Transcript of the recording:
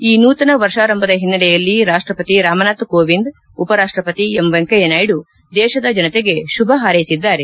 ಈ ನೂತನ ವರ್ಷಾರಂಭದ ಹಿನ್ನೆಲೆಯಲ್ಲಿ ರಾಷ್ಟಪತಿ ರಾಮನಾಥ್ ಕೋವಿಂದ್ ಉಪರಾಷ್ಟಪತಿ ಎಂ ವೆಂಕಯ್ಯ ನಾಯ್ಡು ದೇಶದ ಜನತೆಗೆ ಶುಭ ಹಾರ್ಸಿದ್ದಾರೆ